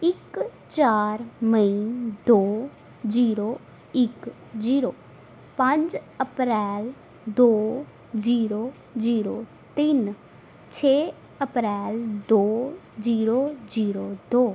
ਇਕ ਚਾਰ ਮਈ ਦੋ ਜੀਰੋ ਇਕ ਜੀਰੋ ਪੰਜ ਅਪ੍ਰੈਲ ਦੋ ਜੀਰੋ ਜੀਰੋ ਤਿੰਨ ਛੇ ਅਪ੍ਰੈਲ ਦੋ ਜੀਰੋ ਜੀਰੋ ਦੋ